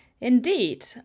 Indeed